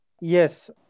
Yes